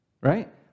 right